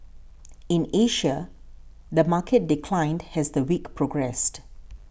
in Asia the market declined as the week progressed